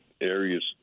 areas